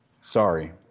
Sorry